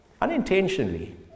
Unintentionally